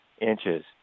inches